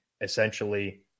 essentially